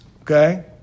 okay